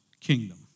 kingdom